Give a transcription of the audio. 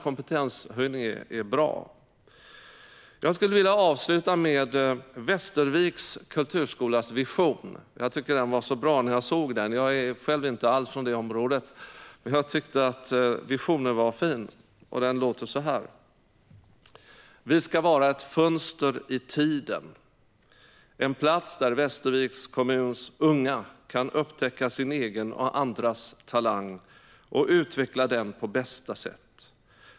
Kompetenshöjning är bra. Jag vill gärna avsluta med Västerviks kulturskolas vision. Jag är själv inte från det området, men när jag såg den tyckte jag att den var så bra. Jag tyckte att visionen var fin: "'Vi ska vara ett fönster i tiden' - En plats där Västerviks kommuns unga kan upptäcka sin egen och andras talang och utveckla den på bästa sätt.